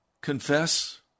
Confess